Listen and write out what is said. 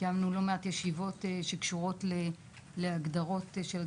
קיימנו לא מעט ישיבות שקשורות להגדרות של הדברים.